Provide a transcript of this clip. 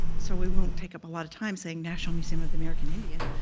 so we won't take up a lot of time saying national museum of the american indian.